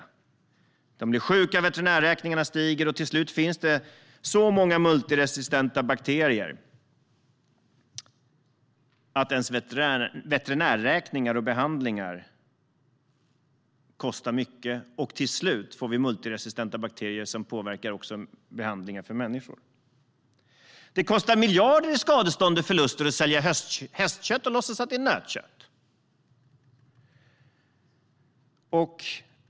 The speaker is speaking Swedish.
Djuren blir sjuka och veterinärräkningarna stiger, och till slut finns det så många multiresistenta bakterier att veterinärräkningarna och behandlingarna kostar väldigt mycket, och till slut får vi multiresistenta bakterier som påverkar också behandlingen av människor. Det kostar miljarder i skadestånd och förluster att sälja hästkött och låtsas att det är nötkött.